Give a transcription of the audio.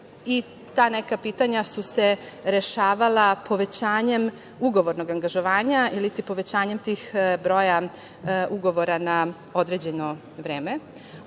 i ta neka pitanja su se rešavala povećanjem ugovornog angažovanja ili povećanjem tog broja ugovora na određeno vreme.